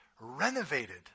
renovated